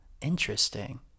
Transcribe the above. Interesting